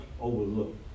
overlook